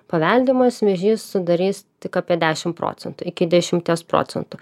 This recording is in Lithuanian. paveldimas vėžys sudarys tik apie dešimt proentųc iki dešimties procentų